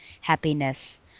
happiness